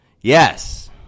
Yes